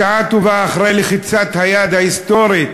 בשעה טובה, אחרי לחיצת היד ההיסטורית